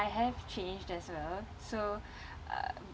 I have changed so uh